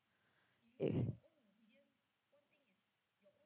err